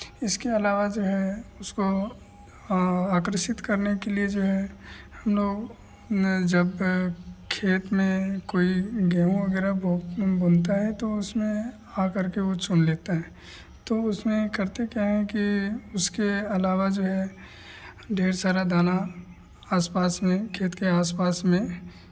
इसके अलावा जो है उसको आकर्षित करने के लिए जो है हम लोग जब खेत में कोई गेहूँ वगैरह बो बुनता है तो उसमें आ करके वो चुन लेते हैं तो उसमें करते क्या हैं कि उसके अलावा जो है ढेर सारा दाना आस पास में खेत के आस पास में